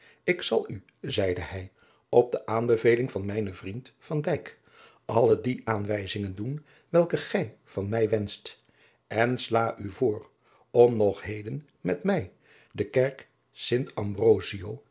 ik zal u zeide hij op de aanbeveling van mijnen vriend van dijk alle die aanwijzingen doen welke gij van mij wenscht en sla u voor om nog heden met mij de kerk st ambrosio